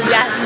Yes